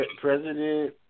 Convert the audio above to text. President